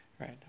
Right